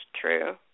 true